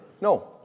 no